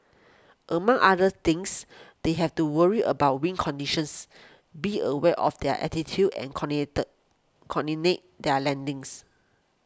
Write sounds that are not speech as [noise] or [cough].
among other things they have to worry about wind conditions be aware of their altitude and [unintelligible] coordinate their landings